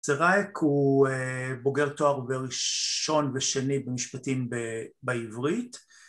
צירייק הוא בוגר תואר ראשון ושני במשפטים בעברית